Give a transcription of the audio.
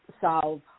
solve